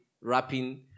rapping